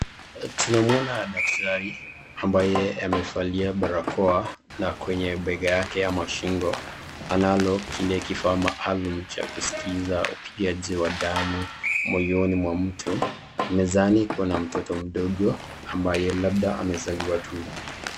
Tunamuona daktari ambaye amevalia barakoa na kwenye bega yake ama shingo analo kile kifaa cha maalum cha kusikiza upigaji wa damu moyoni mwa mtu, mezani kuna mtoto mdogo ambaye labda amezaliwa tu.